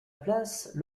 place